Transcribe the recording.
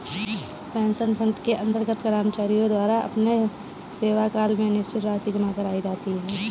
pension fund के अंतर्गत कर्मचारियों के द्वारा अपने सेवाकाल में निश्चित राशि जमा कराई जाती है